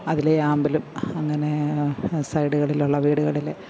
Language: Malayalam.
അതിലെ ആമ്പലും അങ്ങനെ സൈഡുകളിലുള്ള വീടുകളില്